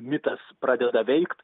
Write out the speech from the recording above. mitas pradeda veikt